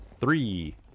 Three